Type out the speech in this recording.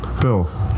Bill